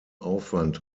aufwand